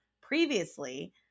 previously